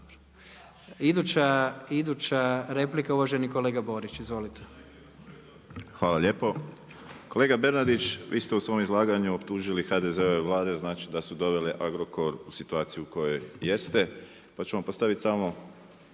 Iduća replika uvaženi kolega Borić. Izvolite. **Borić, Josip (HDZ)** Hvala lijepo. Kolega Bernardić, vi ste u svom izlaganju optužili HDZ-ove Vlade, znači da su dovele Agrokor u situaciju u kojoj jeste. Pa ću vam postaviti dva,